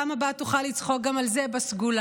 בפעם הבאה תוכל לצחוק גם על זה ב"סגולה",